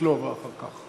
סבטלובה אחר כך.